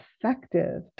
effective